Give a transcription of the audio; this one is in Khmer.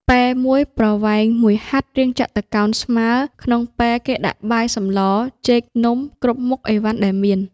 ពែមួយប្រវែង ១ហត្ថរាងចតុកោណកែងស្មើ ក្នុងពែគេដាក់បាយសម្ល ចេក នំ គ្រប់មុខឥវ៉ាន់ដែលមាន ។